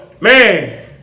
man